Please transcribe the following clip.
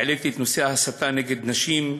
העליתי את נושא ההסתה נגד נשים,